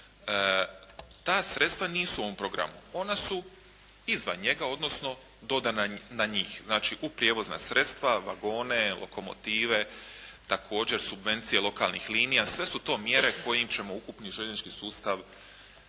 ta sredstva nisu u ovom programu. Ona su izvan njega, odnosno dodana na njih. Znači, u prijevozna sredstva vagone, lokomotive, također subvencije lokalnih linija. Sve su to mjere kojima ćemo ukupni željeznički sustav